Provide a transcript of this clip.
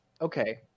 okay